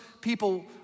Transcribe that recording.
people